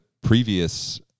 previous